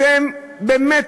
אתם באמת